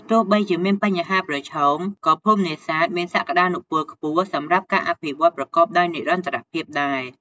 ទោះបីជាមានបញ្ហាប្រឈម ក៏ភូមិនេសាទមានសក្តានុពលខ្ពស់សម្រាប់ការអភិវឌ្ឍន៍ប្រកបដោយនិរន្តរភាពដែរ។